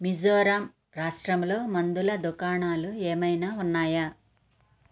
మిజోరాం రాష్ట్రంలో మందుల దుకాణాలు ఏమైనా ఉన్నాయా